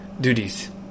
duties